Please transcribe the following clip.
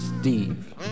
Steve